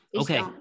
Okay